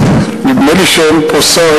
נדמה לי שאין פה שר,